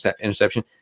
interception